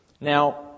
Now